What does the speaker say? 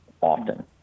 often